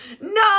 No